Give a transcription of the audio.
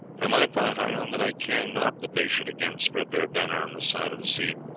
for my part i own that i care not that they should again spread their banner on this side of the sea.